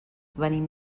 venim